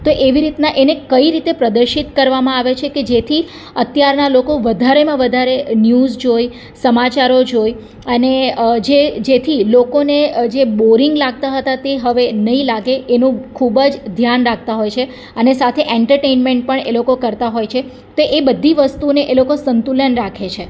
તો એવી રીતના એને કઈ રીતે પ્રદર્શિત કરવામાં આવે છે કે જેથી અત્યારના લોકો વધારેમાં વધારે ન્યુઝ જોઈ સમચારો જોઈ અને જે જેથી લોકોને જે બોરિંગ લાગતા હતા તે હવે નહીં લાગે એનું ખૂબ જ ધ્યાન રાખતા હોય છે અને સાથે એન્ટરટેઇનમેન્ટ પણ એ લોકો કરતા હોય છે તો એ બધી વસ્તુઓને એ લોકો સંતુલન રાખે છે